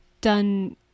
done